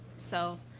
so,